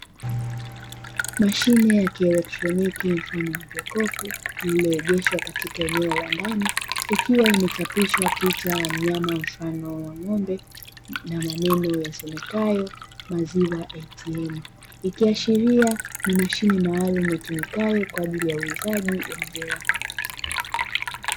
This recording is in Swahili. Mashine ya kieletroniki mfano wa jokofu lililoegeshwa katika eneo la ndani ikiwa imechapishwa picha ya mnyama mfano wa ng'ombe na maneno yasomekayo maziwa "ATM", ikiashiria ni mashine maalumu itumikayo kwa ajili ya uuzaji wa maziwa.